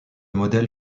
modèle